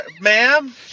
ma'am